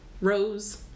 rose